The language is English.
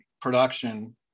production